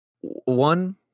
one